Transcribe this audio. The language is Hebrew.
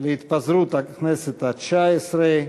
התפזרות הכנסת התשע-עשרה,